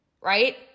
right